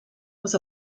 was